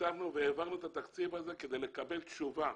תקצבנו והעברנו את התקציב הזה כדי לקבל תשובה,